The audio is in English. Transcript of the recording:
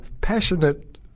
passionate